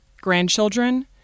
grandchildren